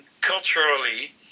culturally